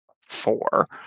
four